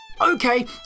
Okay